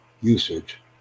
usage